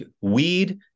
weed